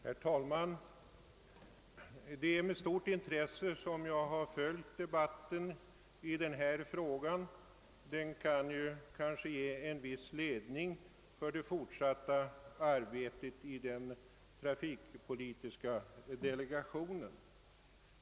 Herr talman! Jag har med stort intresse följt debatten i denna fråga. Den kan kanske ge en viss ledning för det fortsatta arbetet i den trafikpolitiska delegationen.